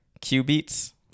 Q-Beats